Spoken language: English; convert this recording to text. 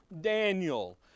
Daniel